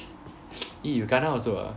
eh you kena also ah